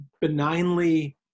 benignly